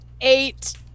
Eight